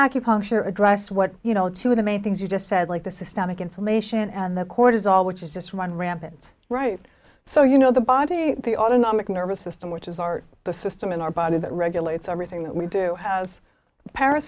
acupuncture address what you know to the main things you just said like the systemic inflammation and the cortisol which is just run rampant right so you know the body the autonomic nervous system which is our the system in our body that regulates everything that we do has paris